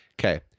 Okay